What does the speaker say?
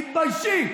תתביישי.